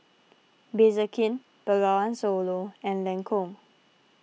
Bengawan Solo and Lancome